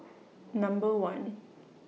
Number one